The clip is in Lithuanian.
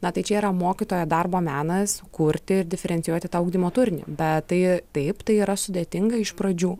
na tai čia yra mokytojo darbo menas kurti ir diferencijuoti tą ugdymo turinį bet tai taip tai yra sudėtinga iš pradžių